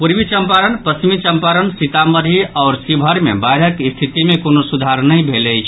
पूर्वी चंपारण पश्चिमी चंपारण सीतामढ़ी आओर शिवहर मे बाढ़िक स्थिति मे कोनो सुधार नहि भेल अछि